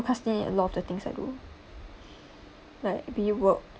procrastinate a lot of the things I do like be it work